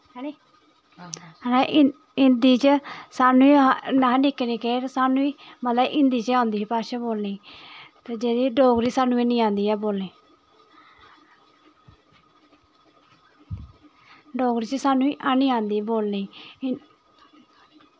हिन्दी च स्हानू अस निक्के निक्के हे ते स्हानू मतलव कि हिन्दी च औंदी ही भाशा बोलनी जेह्ड़ा डोगरी स्हानू हैनी आंदी बोलनी डोगरी च स्हानू हैनी आंदी बोलनी